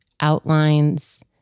outlines